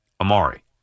Amari